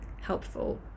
helpful